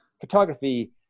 photography